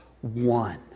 one